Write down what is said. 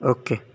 okay